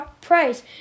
price